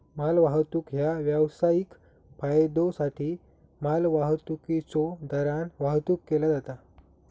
मालवाहतूक ह्या व्यावसायिक फायद्योसाठी मालवाहतुकीच्यो दरान वाहतुक केला जाता